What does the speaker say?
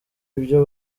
ibyo